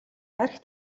архи